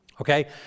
Okay